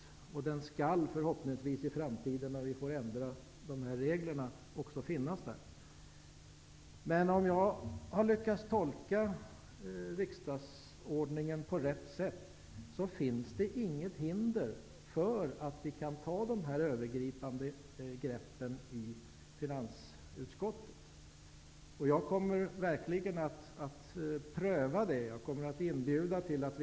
Den skall förhoppningsvis finnas där i framtiden, när vi får ändra dessa regler. Om jag har lyckats tolka riksdagsordningen på rätt sätt finns det inget hinder för att vi skall kunna ha den här överblicken i finansutskottet. Jag kommer verkligen att pröva det. Jag kommer att inbjuda till det.